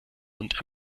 und